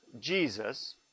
Jesus